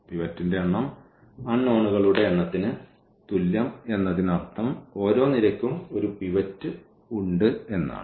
പിവറ്റിന്റെ എണ്ണം അൺനോണുകളുടെ എണ്ണത്തിന് തുല്യം എന്നതിനർത്ഥം ഓരോ നിരയ്ക്കും ഒരു പിവറ്റ് ഉണ്ടെന്നാണ്